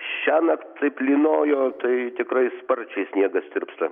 šiąnakt taip lynojo tai tikrai sparčiai sniegas tirpsta